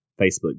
Facebook